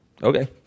Okay